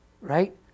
Right